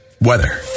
weather